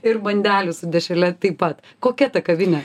ir bandelių su dešrele taip pat kokia ta kavinė